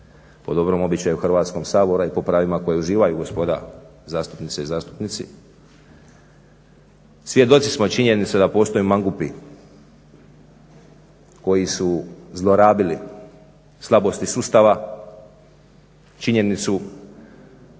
po dobrom običaju Hrvatskog sabra i po pravima koja uživaju gospoda zastupnice i zastupnici. Svjedoci smo činjenice da postoje mangupi koji su zlorabili slabosti sustava, činjenicu